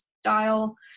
style